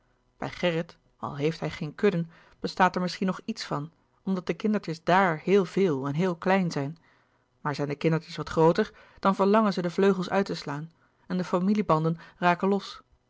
bij gerrit al heeft hij geen kudden bestaat er misschien nog iets van omdat de kindertjes daar heel veel en heel klein zijn maar zijn de kindertjes wat grooter dan verlangen ze de vleugels uit te slaan en de familie banden raken los